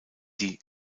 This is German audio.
die